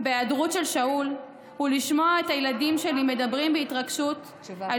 בהיעדרות של שאול הוא לשמוע את הילדים שלי מדברים בהתרגשות על